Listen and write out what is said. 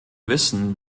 wissen